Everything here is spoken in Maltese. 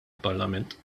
parlament